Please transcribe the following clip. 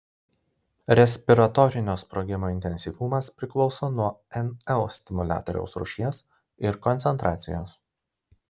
respiratorinio sprogimo intensyvumas priklauso nuo nl stimuliatoriaus rūšies ir koncentracijos